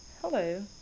hello